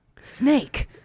Snake